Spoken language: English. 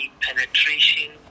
penetration